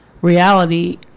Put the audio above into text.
reality